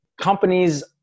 Companies